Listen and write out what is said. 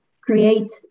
create